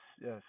Yes